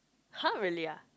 !huh! really ah